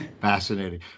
Fascinating